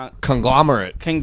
Conglomerate